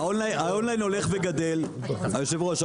היושב-ראש,